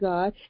God